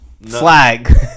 flag